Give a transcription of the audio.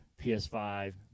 PS5